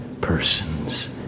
persons